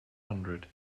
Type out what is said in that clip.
hundred